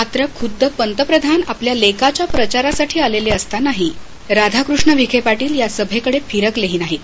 मात्र खुद्द पतप्रधान आपल्या लेकाच्या प्रचारासाठी आलेले असतानाही राधाकृष्ण विखे पाटील या सभेकडे फिरकलेही नाहीत